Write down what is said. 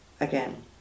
again